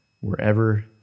wherever